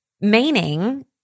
meaning